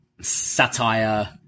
satire